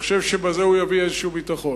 וחושב שבזה הוא יביא איזה ביטחון.